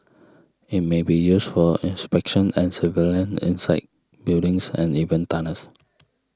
it may be used for inspection and surveillance inside buildings and even tunnels